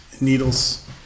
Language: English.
needles